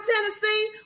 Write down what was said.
Tennessee